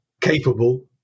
capable